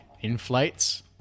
inflates